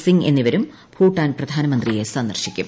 സിങ് എന്നിവരും ഭൂട്ടാൻ പ്രധാനമന്ത്രിയെ സ്പന്ദ്ർശിക്കും